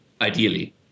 ideally